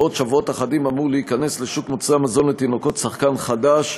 בעוד שבועות אחדים אמור להיכנס לשוק מוצרי המזון לתינוקות שחקן חדש,